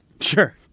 Sure